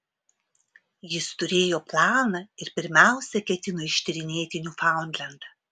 jis turėjo planą ir pirmiausia ketino ištyrinėti niufaundlendą